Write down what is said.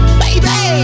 baby